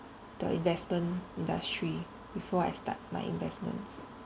the investment industry before I start my investments